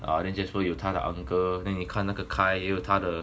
ah then jasper 有他的 uncle then kyle 也有他的